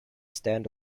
stand